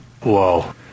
Whoa